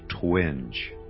twinge